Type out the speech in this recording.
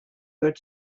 good